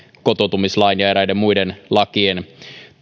kotoutumislain ja eräiden muiden lakien